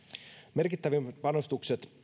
merkittävimmät panostukset